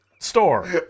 Store